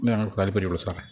ഞങ്ങൾക്ക് താല്പര്യമുള്ളു സാറേ